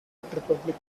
republic